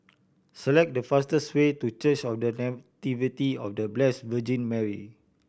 select the fastest way to Church of The Nativity of The Blessed Virgin Mary